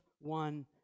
one